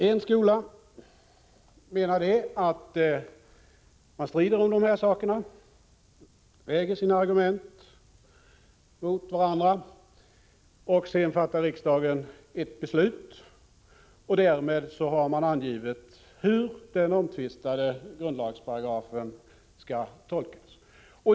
En skola menar att man skall strida om dessa saker, väga sina argument mot varandra, och sedan skall riksdagen fatta ett beslut, och därmed har man angivit hur den omtvistade grundlagsparagrafen skall tolkas.